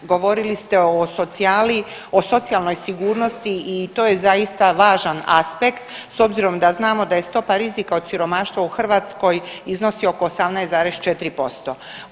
Govorili ste o socijali, o socijalnoj sigurnosti i to je zaista važan aspekt, s obzirom da znamo da je stopa rizika od siromaštva u Hrvatskoj iznosi oko 18,4%